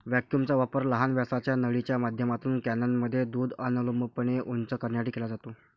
व्हॅक्यूमचा वापर लहान व्यासाच्या नळीच्या माध्यमातून कॅनमध्ये दूध अनुलंबपणे उंच करण्यासाठी केला जातो